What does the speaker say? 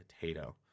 potato